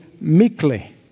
meekly